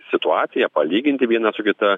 situaciją palyginti vieną su kita